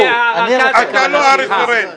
אתה לא הרפרנט.